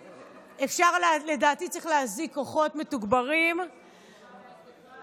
לדעתי צריך להזעיק כוחות מתוגברים לטובת